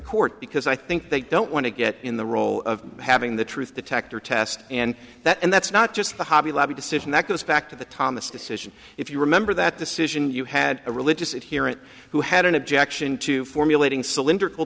court because i think they don't want to get in the role of having the truth detector test and that and that's not just the hobby lobby decision that goes back to the thomas decision if you remember that decision you had a religious it here and who had an objection to formulating cylindrical